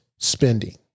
spending